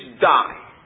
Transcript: die